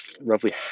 Roughly